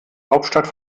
hauptstadt